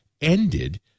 ended